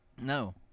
No